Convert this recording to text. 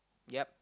yup